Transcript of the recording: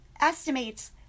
estimates